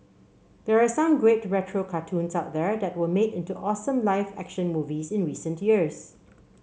there are some great retro cartoons out there that were made into awesome live action movies in recent years